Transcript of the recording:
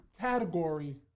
category